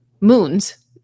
moons